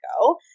go